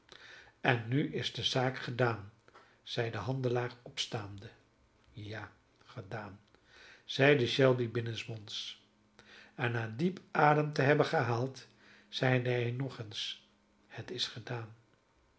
en nu is de zaak gedaan zeide de handelaar opstaande ja gedaan zeide shelby binnensmonds en na diep adem te hebben gehaald zeide hij nog eens het is gedaan